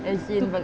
as in like